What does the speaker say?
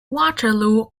waterloo